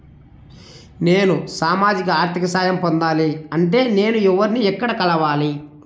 నేను సామాజిక ఆర్థిక సహాయం పొందాలి అంటే నేను ఎవర్ని ఎక్కడ కలవాలి?